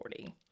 40